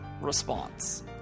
response